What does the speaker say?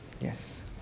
Yes